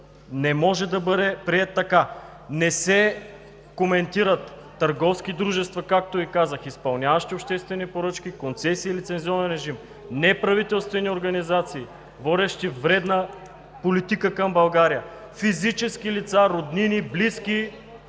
не може да бъде приет така. Не се коментират търговски дружества, както Ви казах, изпълняващи обществени поръчки, концесии, лицензионен режим, неправителствени организации, водещи вредна политика към България, физически лица, роднини, близки